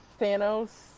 Thanos